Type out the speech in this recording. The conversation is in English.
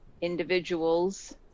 individuals